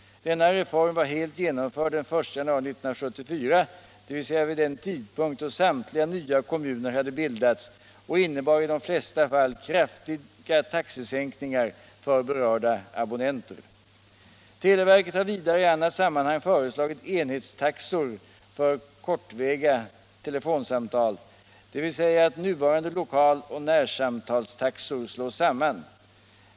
Denna reform var helt genomförd den 1 januari 1974, dvs. vid den tidpunkt då samtliga nya kommuner hade bildats, och innebar i de flesta fall kraftiga taxesänkningar för berörda abonnenter. Televerket har vidare i annat sammanhang föreslagit enhetstaxor för kortväga telefonsamtal, dvs. att nuvarande lokal och närsamtalstaxor slås samman.